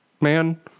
man